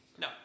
no